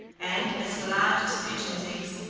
and as large as pigeons' eggs,